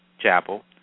Chapel